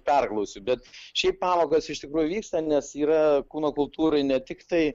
perklausiu bet šiaip pamokos iš tikrųjų vyksta nes yra kūno kultūrai ne tiktai